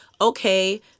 okay